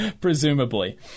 presumably